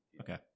Okay